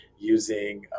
using